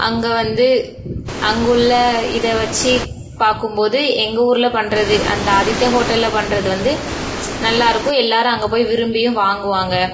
அங்கே வந்து அங்குள்ள இதை வச்சு பார்க்கும்போது எங்கள் ஊரில் பண்ணுறது அந்த ஆதித்யா ஹோட்டலில் பண்ணுறது வந்து நல்லாயிருக்கும் எல்லோரும் அங்கே போய் விரும்பியும் வாங்குவாங்க